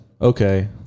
Okay